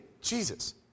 Jesus